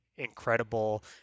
incredible